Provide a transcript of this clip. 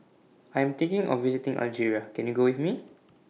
I Am thinking of visiting Algeria Can YOU Go with Me